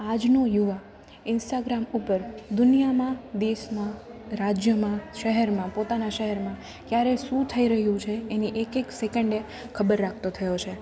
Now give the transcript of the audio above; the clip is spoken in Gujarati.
આજનો યુવા ઇન્સ્ટાગ્રામ ઉપર દુનિયાના દેશમાં રાજ્યમાં શહેરમાં પોતાનાં શહેરમાં ક્યારે શું થઈ રહ્યું છે એની એક એક સેકંડે ખબર રાખતો થયો છે